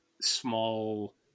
small